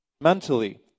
mentally